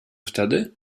wtedy